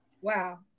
wow